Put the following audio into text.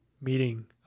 meeting